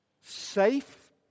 Safe